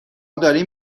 داریم